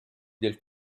del